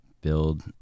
build